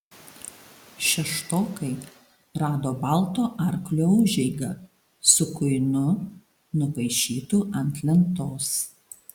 šeštokai rado balto arklio užeigą su kuinu nupaišytu ant lentos